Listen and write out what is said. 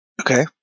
Okay